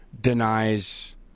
denies